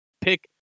pick